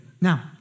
Now